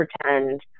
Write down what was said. pretend